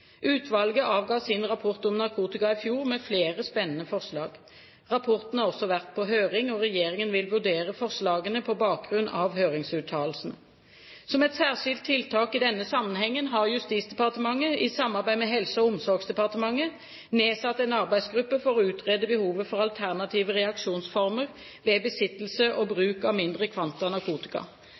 Utvalget avga sin rapport om narkotika i fjor med flere spennende forslag. Rapporten har også vært på høring, og regjeringen vil vurdere forslagene på bakgrunn av høringsuttalelsen. Som et særskilt tiltak i denne sammenhengen har Justisdepartementet i samarbeid med Helse- og omsorgsdepartementet nedsatt en arbeidsgruppe for å utrede behovet for alternative reaksjonsformer ved besittelse og bruk av mindre kvanta narkotika.